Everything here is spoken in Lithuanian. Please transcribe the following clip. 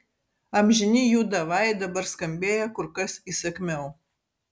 amžini jų davai dabar skambėjo kur kas įsakmiau